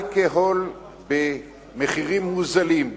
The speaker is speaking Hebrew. אלכוהול במחירים מוזלים: